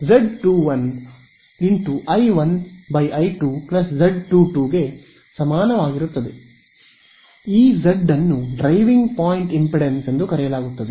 EziA iA EzsA 0 for r ∈ A ಈ Z ಅನ್ನು driving point impedance ಎಂದು ಕರೆಯಲಾಗುತ್ತದೆ